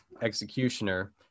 executioner